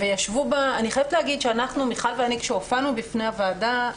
אני חייבת להגיד שכאשר מיכל רוזין ואני הופענו בפני הוועדה,